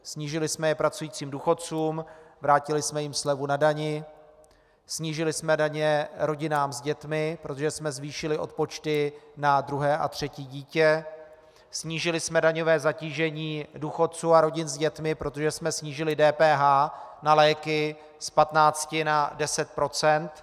Snížili jsme je pracujícím důchodcům, vrátili jsme jim slevu na dani, snížili jsme daně rodinám s dětmi, protože jsme zvýšili odpočty na druhé a třetí dítě, snížili jsme daňové zatížení důchodců a rodin s dětmi, protože jsme snížili DPH na léky z 15 na 10 %.